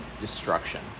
destruction